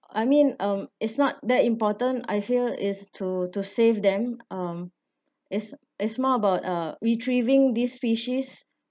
I mean um it's not that important I feel is to to save them um it's it's more about uh retrieving these species